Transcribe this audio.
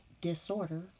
disorder